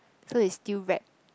so it's still wrapped